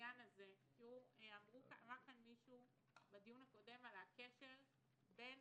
בעניין הזה דיבר כאן מישהו בדיון הקודם על הקשר בין